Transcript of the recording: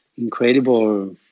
incredible